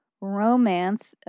Romance